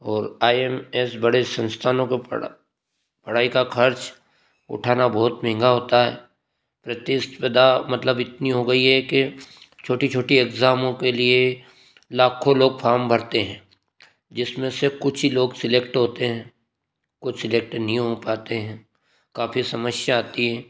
और I M S बड़े संस्थानों को पढ़ा पढ़ाई का खर्च उठना बहुत महंगा होता है प्रतिस्पर्धा मतलब इतनी हो गई है छोटी छोटी इगजामों के लिए लाखों लोग फार्म भरते हैं जिसमें से कुछ ही लोग सेलेक्ट होते हैं कुछ सेलेक्ट नहीं हो पाते हैं काफी समस्या आती है